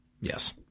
Yes